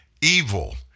evil